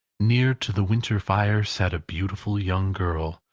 near to the winter fire sat a beautiful young girl,